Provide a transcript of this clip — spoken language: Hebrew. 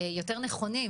יותר נכונים,